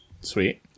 Sweet